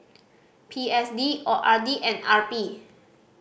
P S D O R D and R P